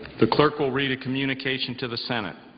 the clerk will read a communication to the senate.